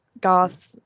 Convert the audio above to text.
goth